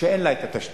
שאין לה את התשתית.